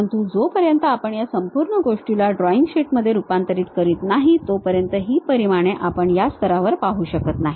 परंतु जोपर्यंत आपण या संपूर्ण गोष्टीला ड्रॉइंग शीटमध्ये रूपांतरित करत नाही तोपर्यंत ही परिमाणे आपण या स्तरावर पाहू शकत नाही